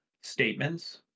statements